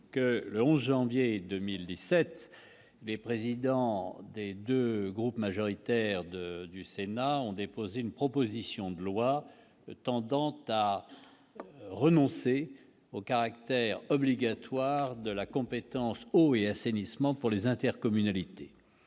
que le 11 janvier 2017, les présidents des 2 groupes majoritaires de du Sénat ont déposé une proposition de loi tendant ta renoncer au caractère obligatoire de la compétence eau et assainissement pour les intercommunalités,